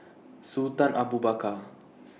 Sultan Abu Bakar